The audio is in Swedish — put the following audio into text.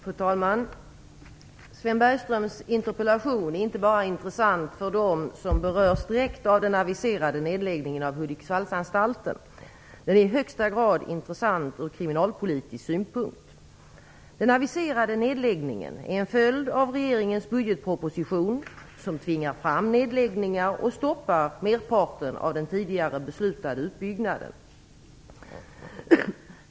Fru talman! Sven Bergströms interpellation är inte bara intressant för dem som berörs direkt av den aviserade nedläggningen av Hudiksvallsanstalten. Den är i högsta grad intressant ur kriminalpolitisk synpunkt. Den aviserade nedläggningen är en följd av regeringens budgetproposition, som tvingar fram nedläggningar och stoppar merparten av den tidigare beslutade utbyggnaden.